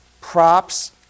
Props